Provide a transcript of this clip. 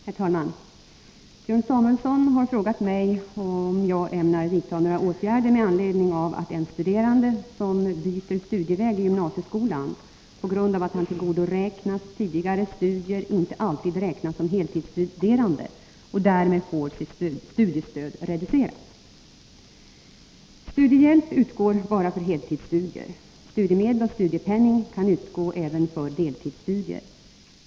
Herr talman! Björn Samuelson har frågat mig om jag ämnar vidta några åtgärder med anledning av att en studerande, som byter studieväg i gymnasieskolan, på grund av att han tillgodoräknas tidigare studier inte alltid räknas som heltidsstuderande och därmed får sitt studiestöd reducerat. Studiehjälp utgår bara för heltidsstudier; studiemedel och studiepenning kan utgå även för deltidsstudier.